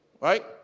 Right